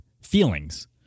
feelings